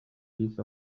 piece